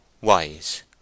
wise